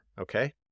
Okay